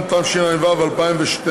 18 באפריל